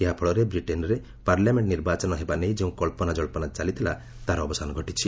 ଏହା ଫଳରେ ବ୍ରିଟେନ୍ରେ ପାର୍ଲାମେଣ୍ଟ ନିର୍ବାଚନ ହେବା ନେଇ ଯେଉଁ କଳ୍ପନା ଜନ୍ମନା ଚାଲିଥିବା ତାହାର ଅବସାନ ଘଟିଛି